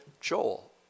Joel